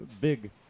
big